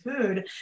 food